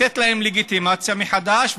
לתת להם לגיטימציה מחדש,